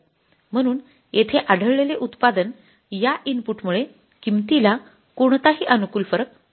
म्हणून येथे आढळलेले उत्पादनात या इनपुटमुळे किंमतीला कोणताही अनुकूल फरक पडला नाही